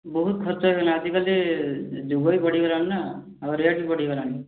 ବହୁତ ଖର୍ଚ୍ଚ ହେଲା ଆଜିକାଲି ଯୁଗ ବି ବଢ଼ିଗଲାଣି ନା ଆଉ ରେଟ୍ ବଢ଼ିଗଲାଣି